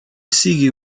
sigui